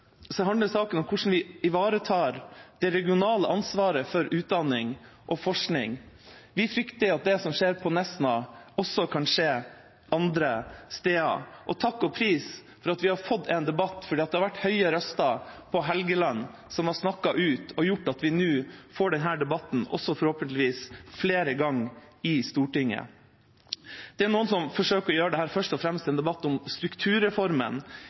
handler saken om hvordan vi ivaretar det regionale ansvaret for utdanning og forskning. Vi frykter at det som skjer på Nesna, også kan skje andre steder. Takk og pris for at vi har fått en debatt, for det har vært høye røster på Helgeland som har snakket ut og gjort at vi nå får denne debatten i Stortinget – forhåpentligvis også flere ganger. Det er noen som forsøker å gjøre dette først og fremst til en debatt om strukturreformen